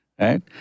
Right